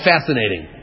Fascinating